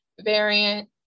variant